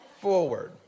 forward